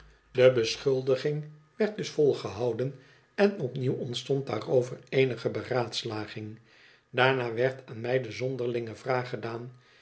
de beschuldiging werd dus volgehouden en opnieuw ontstond daarover eenige beraadslaging daarna werd aan mij de zonderlinge vraag gedaan